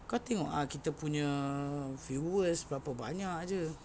kau tengok ah kita punya viewers berapa banyak jer